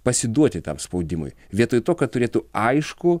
pasiduoti tam spaudimui vietoj to kad turėtų aiškų